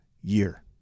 year